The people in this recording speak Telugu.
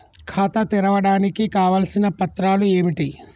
ఖాతా తెరవడానికి కావలసిన పత్రాలు ఏమిటి?